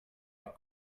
are